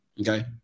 okay